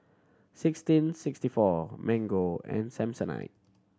Sixteen Sixty Four Mango and Samsonite